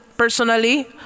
Personally